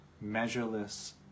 measureless